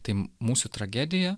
tai mūsų tragedija